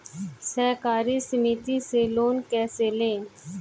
सहकारी समिति से लोन कैसे लें?